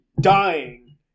dying